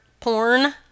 porn